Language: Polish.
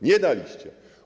Nie daliście.